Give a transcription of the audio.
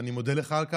ואני מודה לך על כך,